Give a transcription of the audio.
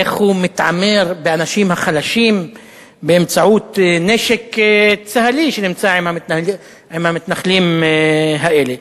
איך הוא מתעמר באנשים החלשים באמצעות נשק צה"לי שנמצא עם המתנחלים האלה.